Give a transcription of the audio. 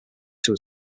there